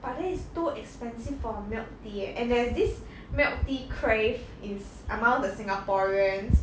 but then it's too expensive for a milk tea eh and there is this milk tea crave is among the singaporeans